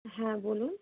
হ্যাঁ বলুন